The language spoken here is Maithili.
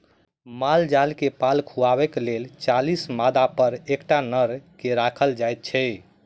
माल जाल के पाल खुअयबाक लेल चालीस मादापर एकटा नर के राखल जाइत छै